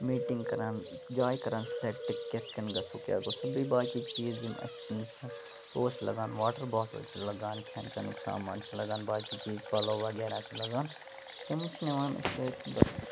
meeting کَران جاے کَران سِلیٚکٹ کِتھ کنۍ گَژھو کیاہ گَژھو بیٚیہِ باقٕے چیٖز یِم اَسہِ تور چھِ لَگان واٹَر باٹل چھِ لَگان کھیٚن چیٚنُک سامان چھُ لَگان باقٕے چیٖز پَلَو وَغیرہ چھ لَگان تِم چھِ نِوان أسۍ سۭتۍ بَس